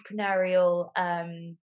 entrepreneurial